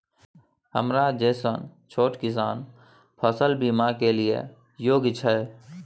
हमरा जैसन छोट किसान फसल बीमा के लिए योग्य छै?